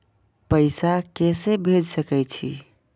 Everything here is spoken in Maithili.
पैसा के से भेज सके छी?